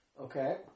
Okay